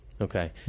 Okay